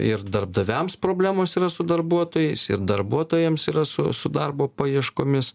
ir darbdaviams problemos yra su darbuotojais ir darbuotojams yra su su darbo paieškomis